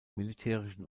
militärischen